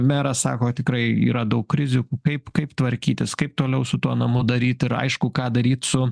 meras sako tikrai yra daug krizių kaip kaip tvarkytis kaip toliau su tuo namu daryt ir aišku ką daryt su